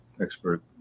expert